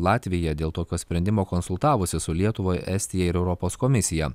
latvija dėl tokio sprendimo konsultavosi su lietuva estija ir europos komisija